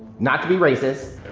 not to be racist.